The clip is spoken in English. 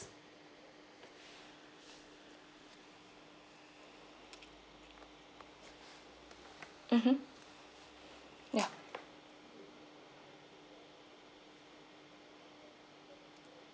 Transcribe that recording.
mmhmm ya